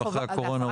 אחרי הקורונה,